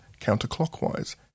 counterclockwise